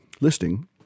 listing